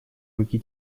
руки